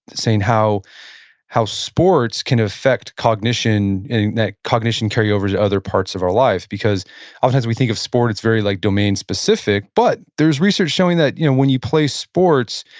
saying how how sports can affect cognition and that cognition carries over to other parts of our life. because oftentimes we think of sport, it's very like domain-specific, but there's research showing that you know when you play sports,